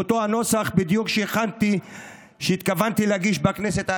באותו הנוסח בדיוק שהתכוונתי להגיש בכנסת העשרים-ושלוש.